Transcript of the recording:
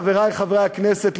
חברי חברי הכנסת,